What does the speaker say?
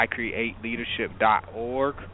iCreateLeadership.org